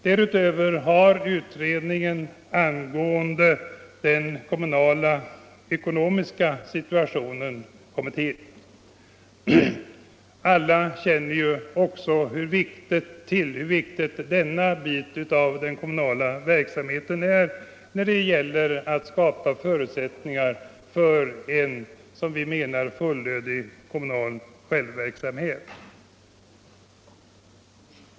Därutöver har en utredning om den kommunala ekonomiska situationen kommit till. Alla känner också till hur viktig denna bit av den kommunala verksamheten är när det gäller att skapa förutsättningar för en fullödig kommunal självverksamhet.